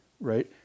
right